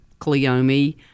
cleome